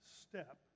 step